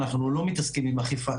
אנחנו לא מתעסקים עם אכיפה,